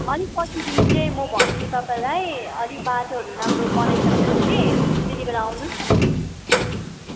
अनि पछिदेखि चाहिँ म भन्छु तपाईँलाई अलिक बाटोहरू राम्रो बनाइसके पछि त्यति बेला आउनु होस् न